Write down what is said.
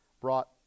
brought